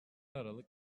aralık